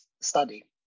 Study